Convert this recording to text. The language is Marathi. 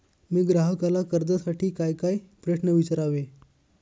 मी ग्राहकाला कर्जासाठी कायकाय प्रश्न विचारावे?